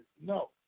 no